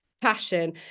passion